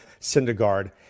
Syndergaard